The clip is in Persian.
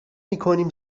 میکنیم